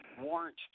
warrant